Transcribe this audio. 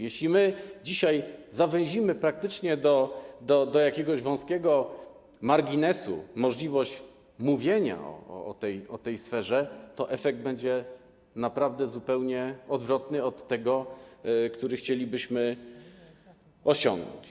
Jeśli dzisiaj zawęzimy, praktycznie do wąskiego marginesu, możliwość mówienia o tej sferze, to efekt będzie naprawdę zupełnie odwrotny od tego, który chcielibyśmy osiągnąć.